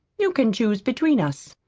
you can choose between us.